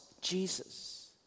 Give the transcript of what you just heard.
Jesus